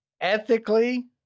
Ethically